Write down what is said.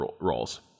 roles